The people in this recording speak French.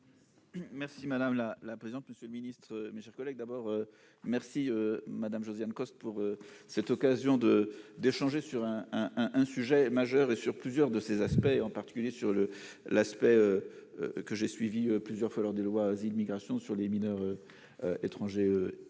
Merci madame la la présidente, monsieur le ministre, mes chers collègues, d'abord, merci madame Josiane Costes pour cette occasion de d'échanger sur un un, un sujet majeur et sur plusieurs de ces aspects, en particulier sur le l'aspect que j'ai suivi plusieurs falloir des lois immigration sur les mineurs étrangers isolés, on le